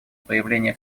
появление